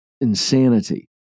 insanity